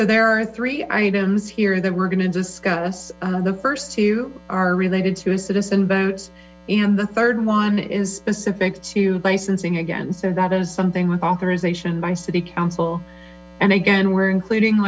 so there are three items here that we're going to discuss the first two are related to a citizen vote and the third one is specific to licensing again so that is something with authorization by city council and again we're including